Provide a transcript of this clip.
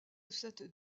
cette